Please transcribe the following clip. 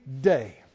day